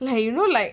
ya you know like